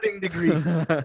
degree